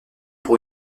pour